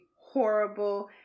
horrible